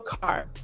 car